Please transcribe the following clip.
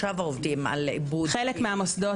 חבר הכנסת משה טור